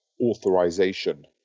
authorization